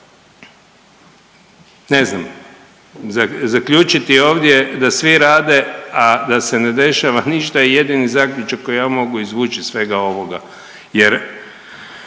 ne znam zaključiti ovdje da svi rade, a da se ne dešava ništa je jedini zaključak koji ja mogu izvuć iz svega ovoga jer